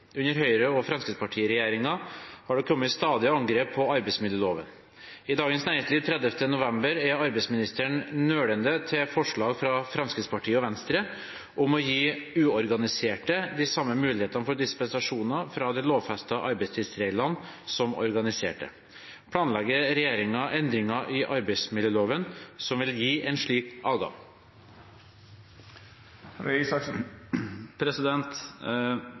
Under Høyre- og Fremskrittsparti-regjeringen har det kommet stadige angrep på arbeidsmiljøloven. I Dagens Næringsliv 30. november er arbeidsministeren nølende til forslag fra Fremskrittspartiet og Venstre om å gi uorganiserte de samme muligheter for dispensasjoner fra de lovfestede arbeidstidsreglene som organiserte. Planlegger regjeringen endringer i arbeidsmiljøloven som vil gi en slik adgang?»